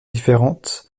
différente